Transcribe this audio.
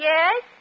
Yes